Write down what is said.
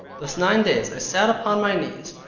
thus nine days i sat upon my knees,